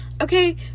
Okay